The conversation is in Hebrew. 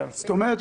זאת אומרת,